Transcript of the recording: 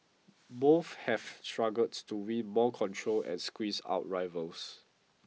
both have struggled to win more control and squeeze out rivals